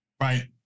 right